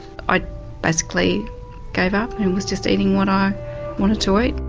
i basically gave up and was just eating what i wanted to eat.